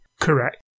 Correct